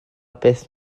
beth